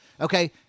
Okay